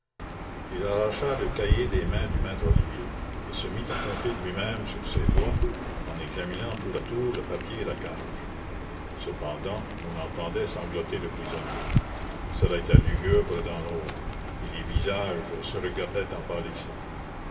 il arracha le cahier des mains de maître olivier et se mit à compter lui-même sur ses doigts en examinant tour à tour le papier et la cage cependant on entendait sangloter le prisonnier cela était lugubre dans l'ombre et les visages se regardaient en